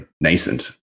nascent